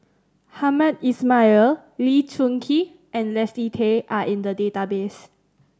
Hamed Ismail Lee Choon Kee and Leslie Tay are in the database